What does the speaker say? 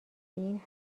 این